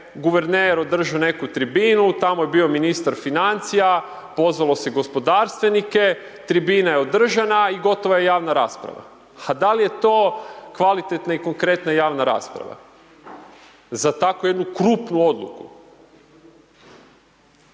guverner održao neku tribinu, tamo je bio ministar financija, pozvalo se gospodarstvenike, tribina je održana i gotova je javna rasprava. A dal' je to kvalitetna i konkretna javna rasprava za takvu jednu krupnu odluku?